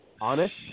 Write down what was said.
honest